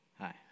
Hi